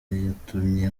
byatumye